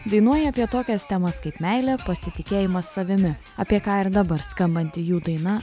dainuoja apie tokias temas kaip meilė pasitikėjimas savimi apie ką ir dabar skambanti jų daina